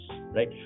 right